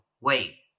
wait